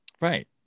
right